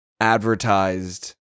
advertised